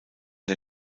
der